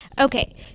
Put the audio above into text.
Okay